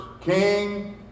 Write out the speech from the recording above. King